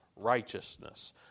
righteousness